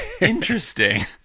Interesting